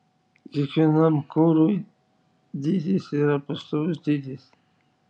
kiekvienam kurui dydis yra pastovus dydis